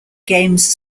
games